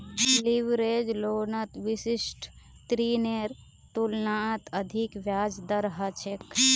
leverage लोनत विशिष्ट ऋनेर तुलनात अधिक ब्याज दर ह छेक